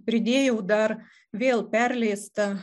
pridėjau dar vėl perleistą